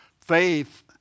Faith